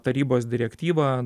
tarybos direktyva